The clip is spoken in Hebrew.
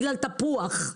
בגלל תפוח.